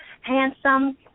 handsome